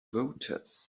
voters